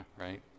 right